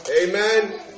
Amen